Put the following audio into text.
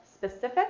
Specific